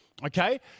Okay